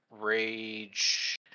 rage